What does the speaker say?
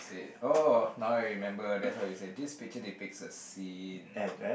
oh now I remember that's why you say this picture depicts a scene